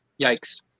Yikes